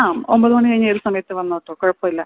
ആ ഒമ്പത് മണി കഴിഞ്ഞ് ഏത് സമയത്തും വന്നോ കേട്ടോ കുഴപ്പം ഇല്ല